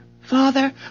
Father